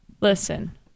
Listen